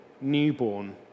newborn